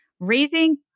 Raising